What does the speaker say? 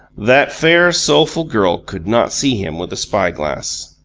that fair, soulful girl could not see him with a spy-glass.